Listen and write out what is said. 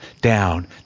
down